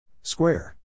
Square